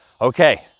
okay